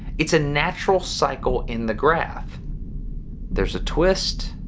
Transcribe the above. it's a natural cycle in the graph there's a twist